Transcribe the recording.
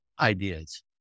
ideas